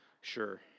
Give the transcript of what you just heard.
Sure